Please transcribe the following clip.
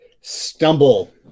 stumble